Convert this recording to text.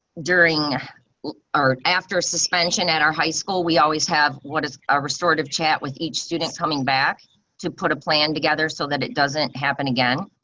during or after a suspension at our high school. we always have. what is a restorative chat with each students coming back to put a plan together so that it doesn't happen again.